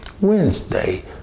Wednesday